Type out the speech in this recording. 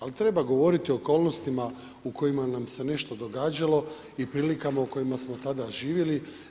Ali treba govoriti o okolnostima u kojima nam se nešto događalo i prilikama u kojima smo tada živjeli.